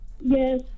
Yes